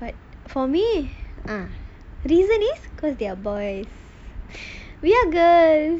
but for me reason is because they are boys we are girls